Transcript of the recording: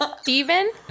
Steven